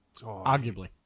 Arguably